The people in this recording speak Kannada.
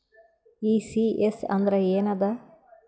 ಈ.ಸಿ.ಎಸ್ ಅಂದ್ರ ಏನದ?